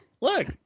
Look